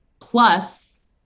plus